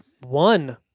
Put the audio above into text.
one